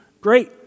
Great